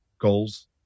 goals